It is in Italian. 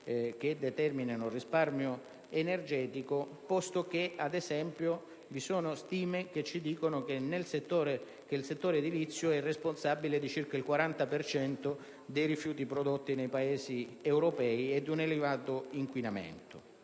che determinano un risparmio energetico, posto che ad esempio vi sono stime che ci indicano che il settore edilizio è responsabile di circa il 40 per cento dei rifiuti prodotti nei Paesi europei e di un elevato inquinamento.